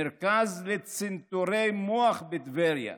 מרכז לצנתורי מוח בטבריה,